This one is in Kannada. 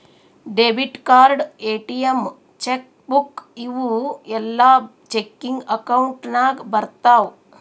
debit card, ATM, cheque book ಇವೂ ಎಲ್ಲಾ ಚೆಕಿಂಗ್ ಅಕೌಂಟ್ ನಾಗ್ ಬರ್ತಾವ್